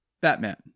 Batman